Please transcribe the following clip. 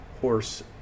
Horse